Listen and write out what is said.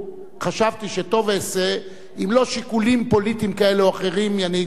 חשבתי שטוב אעשה אם לא שיקולים פוליטיים כאלה או אחרים ינהיגו אותי,